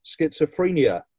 schizophrenia